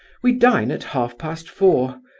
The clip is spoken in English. we dine at half-past four.